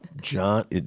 John